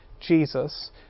Jesus